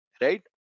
right